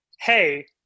hey